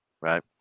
Right